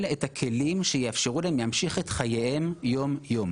את הכלים שיאפשרו להם להמשיך את חייהם יום-יום.